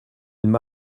m’a